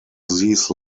these